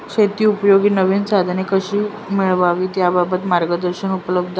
शेतीउपयोगी नवीन साधने कशी मिळवावी याबाबत मार्गदर्शन उपलब्ध आहे का?